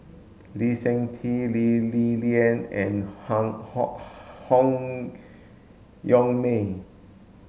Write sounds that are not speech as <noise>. Lee Seng Tee Lee Li Lian and <unintelligible> Han Yong May